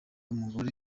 umugore